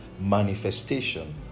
manifestation